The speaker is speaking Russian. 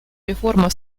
реформа